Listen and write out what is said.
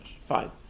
Fine